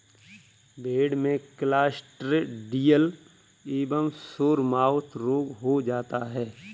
भेड़ में क्लॉस्ट्रिडियल एवं सोरमाउथ रोग हो जाता है